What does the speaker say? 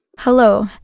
Hello